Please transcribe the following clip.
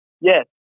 Yes